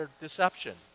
deception